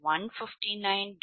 857 159